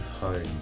home